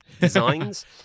designs